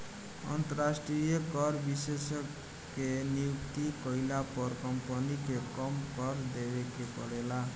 अंतरास्ट्रीय कर विशेषज्ञ के नियुक्ति कईला पर कम्पनी के कम कर देवे के परेला